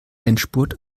endspurt